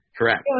Correct